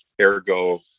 Ergo